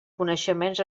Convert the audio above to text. coneixements